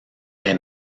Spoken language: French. est